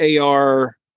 AR